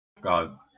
God